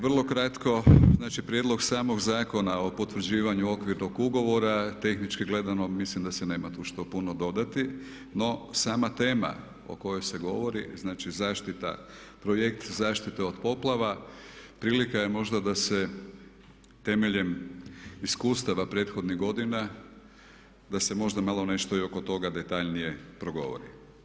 Vrlo kratko, znači Prijedlog samog Zakona o potvrđivanju Okvirnog ugovora tehnički gledano mislim da se nema tu što puno dodati no sama tema o kojoj se govori, znači zaštita, Projekt zaštite od poplava prilika je možda da se temeljem iskustava prethodnih godina da se možda malo nešto i oko toga detaljnije progovori.